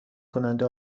کننده